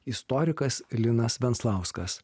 istorikas linas venclauskas